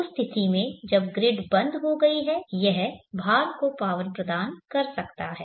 उस स्थिति में जब ग्रिड बंद हो गई है यह भार को पावर प्रदान कर सकता है